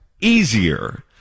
easier